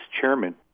chairman